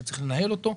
שצריך לנהל אותו.